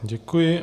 Děkuji.